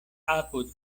apud